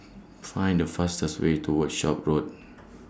Find The fastest Way to Workshop Road